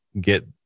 get